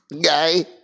Guy